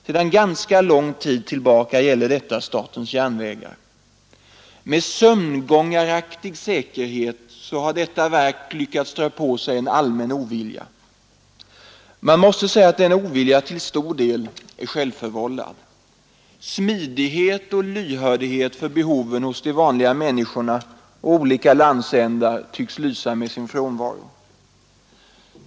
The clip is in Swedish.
Sedan ganska lång tid tillbaka gäller detta statens järnvägar. Med sömngångarak tig säkerhet har detta verk lyckats dra på sig en allmän ovilja. Man måste säga att denna ovilja till stor del är självförvållad. Smidighet och lyhördhet för behoven hos de vanliga människorna och i olika landsändar tycks lysa med sin frånvaro.